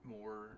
More